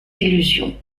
illusions